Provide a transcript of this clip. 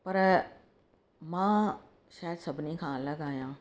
पर मां शायदि सभिनी खां अलॻि आहियां